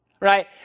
Right